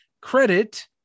Credit